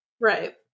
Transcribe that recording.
Right